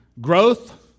growth